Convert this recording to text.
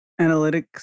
analytics